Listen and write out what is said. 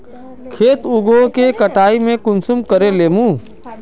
खेत उगोहो के कटाई में कुंसम करे लेमु?